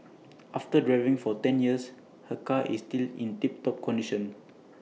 after driving for ten years her car is still in tip top condition